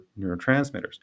neurotransmitters